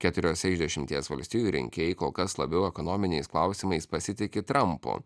keturiose iš dešimties valstijų rinkėjai kol kas labiau ekonominiais klausimais pasitiki trampu